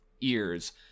ears